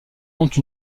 compte